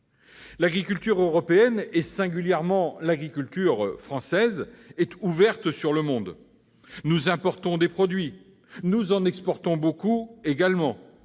L'agriculture européenne, singulièrement l'agriculture française, est ouverte sur le monde. Nous importons des produits, nous en exportons également